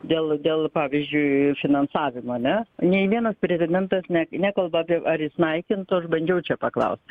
dėl dėl pavyzdžiui finansavimo ane nei vienas pretendentas ne nekalba apie ar jis naikintų aš bandžiau čia paklaust